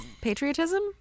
patriotism